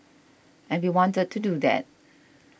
and we wanted to do that